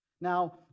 Now